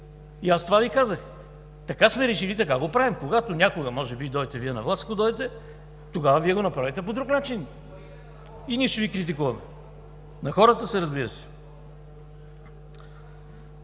И аз това Ви казах – така сме решили, така го правим. Когато някога, може би, дойдете Вие на власт, ако дойдете – тогава Вие го направете по друг начин и ние ще Ви критикуваме! На хората са, разбира се!